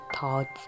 thoughts